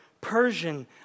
Persian